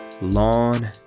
lawn